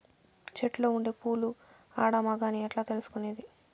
చెట్టులో ఉండే పూలు ఆడ, మగ అని ఎట్లా తెలుసుకునేది?